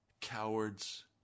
cowards